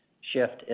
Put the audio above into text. shift